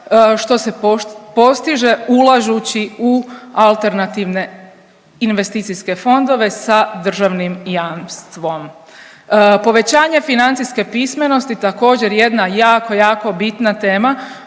što se postiže ulažući u alternativne investicijske fondove sa državnim jamstvom. Povećanje financijske pismenosti također jedna jako, jako bitna tema